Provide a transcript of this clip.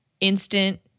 instant